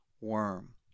worm